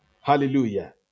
Hallelujah